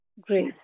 Great